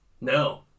No